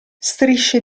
strisce